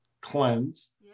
cleanse